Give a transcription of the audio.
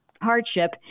hardship